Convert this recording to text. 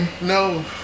No